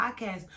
podcast